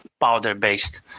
powder-based